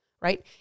right